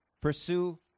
Pursue